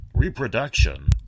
reproduction